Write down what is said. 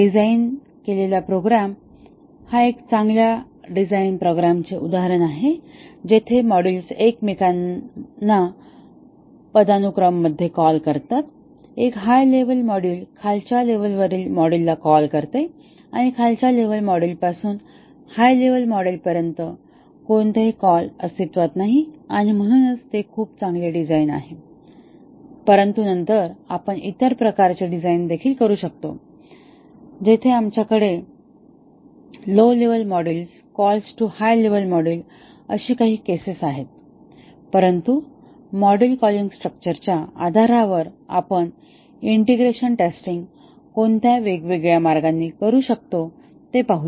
design केलेला program हा एका चांगल्या डिझाईन प्रोग्रामचे उदाहरण आहे जेथे मॉड्यूल्स एकमेकांना पदानुक्रम मध्ये कॉल करतात एक हाय लेव्हल मॉड्यूल खालच्या लेव्हलवरील मॉड्यूलला कॉल करते आणि खालच्या लेव्हल मॉड्यूलपासून हाय लेव्हल मॉड्यूलपर्यंत कोणताही कॉल अस्तित्वात नाही आणि म्हणूनच ते खूप चांगले डिझाइन आहे परंतु नंतर आपण इतर प्रकारचे डिझाइन देखील करू शकतो जिथे आमच्याकडे low level module calls to high level module अशी काही केसेस आहेत परंतु मॉड्यूल कॉलिंग स्ट्रक्चरच्या आधारावर आपण इंटिग्रेशन टेस्टिंग कोणत्या वेगळ्या मार्गांनी करू शकता ते पाहूया